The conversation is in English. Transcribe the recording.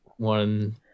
one